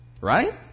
Right